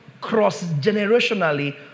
cross-generationally